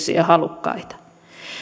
siihen halukkaita